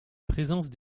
présence